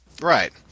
Right